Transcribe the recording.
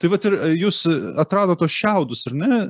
tai vat ir jus atradot tuos šiaudus ar ne